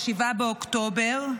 7 באוקטובר,